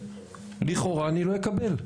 לכאורה אני לא אקבל,